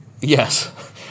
Yes